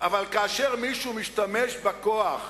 אבל כאשר מישהו משתמש בכוח